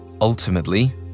Ultimately